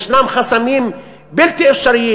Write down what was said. ישנם חסמים בלתי אפשריים.